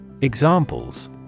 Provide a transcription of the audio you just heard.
Examples